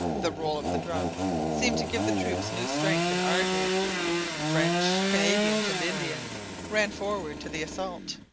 the roll of the drums seemed to give the troops new strength and ardour french, canadians, and indians ran forward to the assault.